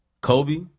Kobe